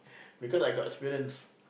because I got experience